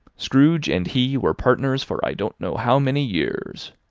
scrooge and he were partners for i don't know how many years.